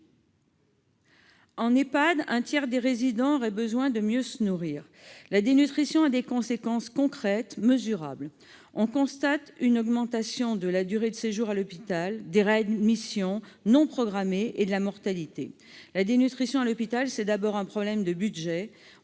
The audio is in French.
(Ehpad), un tiers des résidents auraient besoin de mieux se nourrir. La dénutrition a des conséquences concrètes mesurables. On constate une augmentation de la durée de séjour à l'hôpital, des réadmissions non programmées et de la mortalité. La dénutrition à l'hôpital, c'est d'abord un problème de budget